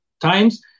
times